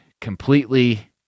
completely